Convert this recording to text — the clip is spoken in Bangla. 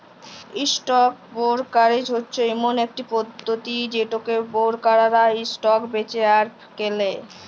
ইসটক বোরকারেজ হচ্যে ইমন একট পধতি যেটতে বোরকাররা ইসটক বেঁচে আর কেলে